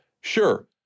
sure